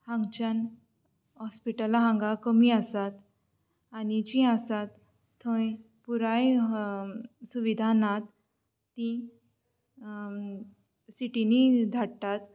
हांगच्यान हॉस्पिटला हांगा कमी आसात आनी जी आसा थंय पुराय सुविधा नात ती सिटींनी धाडटात